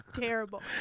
terrible